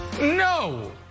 No